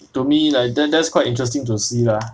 to me like that that's quite interesting to see lah